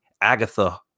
Agatha